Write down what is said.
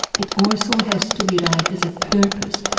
it also has to be right as a purpose.